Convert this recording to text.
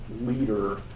leader